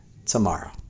Tomorrow